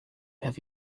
have